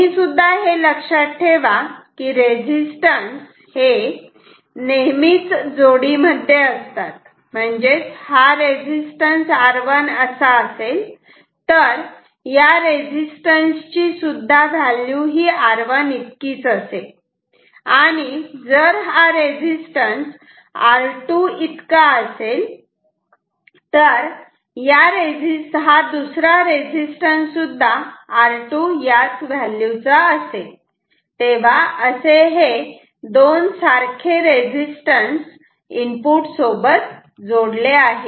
तुम्ही सुद्धा लक्षात ठेवा हे रेजिस्टन्स नेहमी जोडी मध्ये असतात म्हणजेच हा रेजिस्टन्स R1 असा असेल तर या रेजिस्टन्स ची सुद्धा व्हॅल्यू ही R1 इतकीच असेल आणि जर हा रेजिस्टन्स R2 इतका असेल तर हा दुसरा रेजिस्टन्स सुद्धा R2 याच व्हॅल्यू चा असेल तेव्हा असे हे दोन सारखे रेजिस्टन्स इनपुट सोबत जोडले आहेत